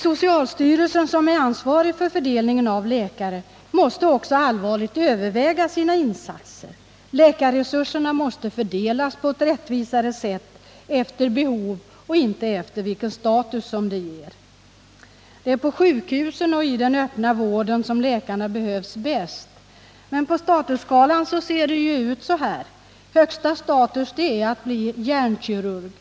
Socialstyrelsen, som är ansvarig för fördelningen av läkare, måste också allvarligt överväga sina insatser. Läkarresurserna måste fördelas på ett rättvisare sätt — efter behov och inte efter den status som olika tjänster ger. Det är på sjukhusen och i den öppna vården som läkarna behövs bäst. Men statusskalan ser ut så att högsta status är att bli hjärnkirurg.